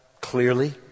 clearly